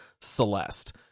Celeste